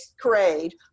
grade